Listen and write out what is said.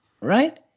right